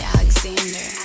Alexander